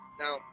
now